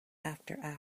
after